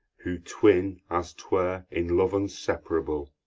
who twin, as twere, in love unseparable,